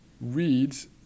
reads